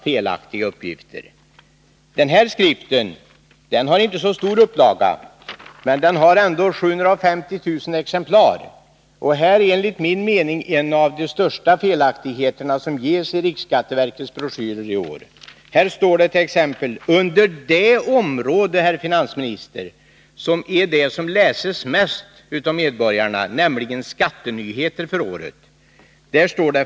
Skriften ”Skatteupplysningar för 1983 — rörelse, jordbruk, hyreshus” har inte så stor upplaga, men den ges ändå ut i 750 000 exemplar. Och här finns enligt min mening en av de största felaktigheterna i riksskatteverkets broschyrer i år. Här står det t.ex. i det avsnitt, herr finansminister, som läses mest av medborgarna, nämligen det som handlar om skattenyheter för året: ”fr.o.m.